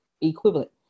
equivalent